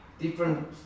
different